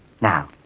Now